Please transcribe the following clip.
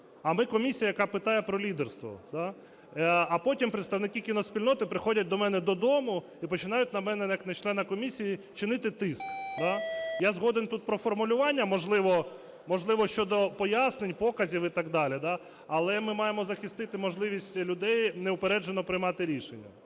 А ми комісія, яка питає про лідерство, так? А потім представники кіноспільноти приходять до мене додому і починають на мене як на члена комісії чинити тиск. Я згоден тут про формулювання, можливо, щодо пояснень, показів і так далі. Але ми маємо захистити можливість людей неупереджено приймати рішення.